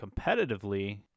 competitively